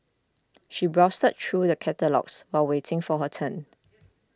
she browsed such through the catalogues while waiting for her turn